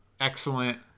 Excellent